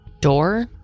Door